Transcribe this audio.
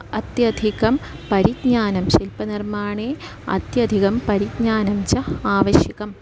अत्यधिकं परिज्ञानं शिल्पनिर्माणे अत्यधिकं परिज्ञानं च आवश्यकम्